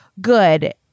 good